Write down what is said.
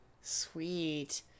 sweet